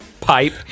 pipe